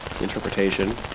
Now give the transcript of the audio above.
interpretation